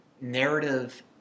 narrative